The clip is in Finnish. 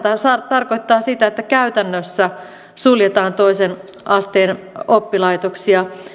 tarkoittaa sitä että käytännössä suljetaan toisen asteen oppilaitoksia